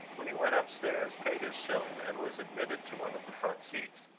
when he went up-stairs, paid his shilling, and was admitted to one of the front seats.